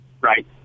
right